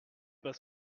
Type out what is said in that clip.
pas